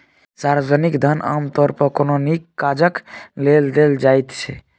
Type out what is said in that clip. सार्वजनिक धन आमतौर पर कोनो नीक काजक लेल देल जाइत छै